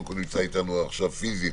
נמצא איתנו עכשיו פיזית